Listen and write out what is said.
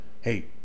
hey